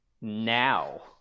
now